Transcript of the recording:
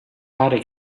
pare